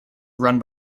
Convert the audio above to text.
run